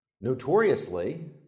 Notoriously